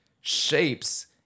shapes